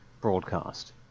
broadcast